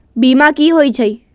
बीमा कि होई छई?